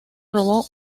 robó